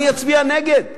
אצביע נגד,